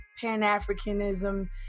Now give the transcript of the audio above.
Pan-Africanism